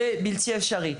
זה בלתי-אפשרי,